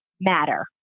matter